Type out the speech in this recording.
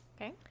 Okay